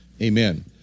amen